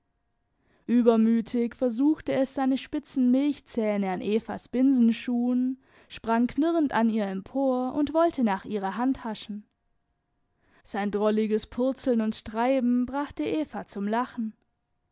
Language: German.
übermütig versuchte es seine spitzen milchzähne an evas binsenschuhen sprang knurrend an ihr empor und wollte nach ihrer hand haschen sein drolliges purzeln und treiben brachte eva zum lachen